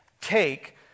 take